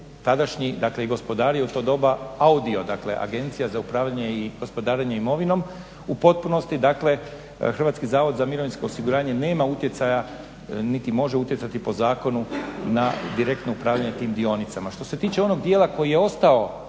dakle gospodario u to doba AUDIO, dakle Agencija za upravljanje i gospodarenje imovine, u potpunosti dakle HZMO nema utjecaja niti može utjecati po zakonu na direktno upravljanje tim dionicama. Što se tiče onog dijela koji je ostao,